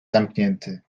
zamknięty